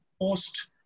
post